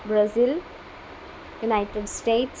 Brazil United States